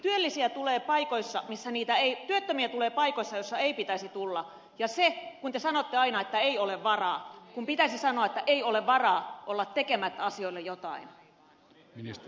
työttömiä tulee paikoissa missä niitä ei ole minulle vaiko se osa ei pitäisi tulla ja te sanotte aina että ei ole varaa kun pitäisi sanoa että ei ole varaa olla tekemättä asioille jotain